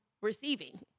receiving